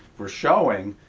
we're showing,